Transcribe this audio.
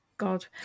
god